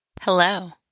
Hello